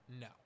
no